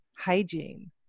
Hygiene